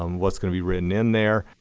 um what's going to be written in there.